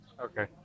Okay